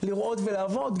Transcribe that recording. לראות ולעבוד,